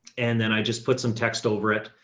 and then i just put some text over it.